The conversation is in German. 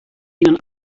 ihnen